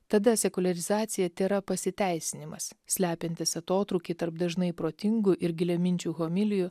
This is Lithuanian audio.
tada sekuliarizacija tėra pasiteisinimas slepiantis atotrūkį tarp dažnai protingų ir giliaminčių homilijų